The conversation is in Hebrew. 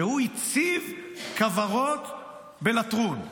שהוא הציב כוורות בלטרון.